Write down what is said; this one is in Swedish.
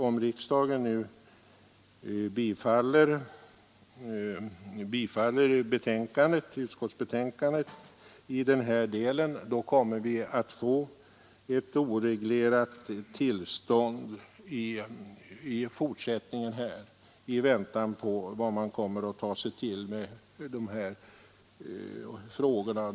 Om riksdagen nu bifaller utskottsförslaget i den här delen får vi ett oreglerat tillstånd i väntan på vad man kommer att göra i dessa frågor.